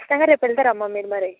ఖచ్చితంగా రేపు వెళ్తారా అమ్మ మీరు మరి